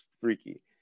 freaky